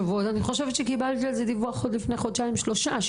אני חושבת שקיבלתי על זה דיווח לפני חודשיים שלושה.